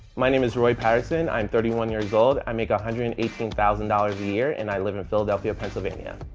my name is roy patterson. i'm thirty one years old. i make one hundred and eighteen thousand dollars a year, and i live in philadelphia, pennsylvania.